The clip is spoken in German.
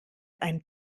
ein